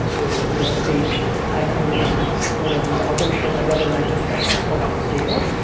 the real estate tycoon and owner of the dolphins, but my brother and i took that capital off the table.